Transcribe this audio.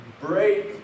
break